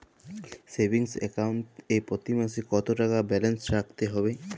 Savings account এ প্রতি মাসে কতো টাকা ব্যালান্স রাখতে হবে?